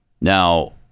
Now